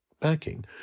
backing